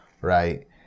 Right